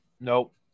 Nope